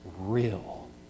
real